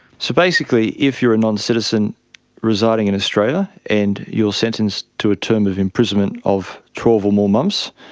so basically if you are a non-citizen residing in australia and you are sentenced to a term of imprisonment of twelve or more months,